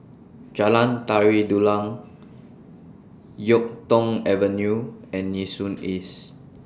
Jalan Tari Dulang Yuk Tong Avenue and Nee Soon East